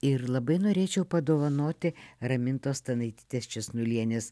ir labai norėčiau padovanoti ramintos stanaitytės česnulienės